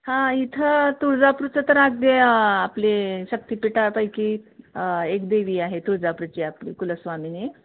हां इथं तुळजापूरचं तर आगदी आपली शक्तिपिठापैकी एक देवी आहे तुळजापूरची आपली कुलस्वामिनी